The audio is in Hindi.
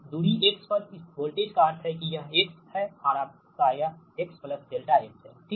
तो दूरी x पर इस वोल्टेज का अर्थ है कि यह x है और यह आपका x ∆x हैठीक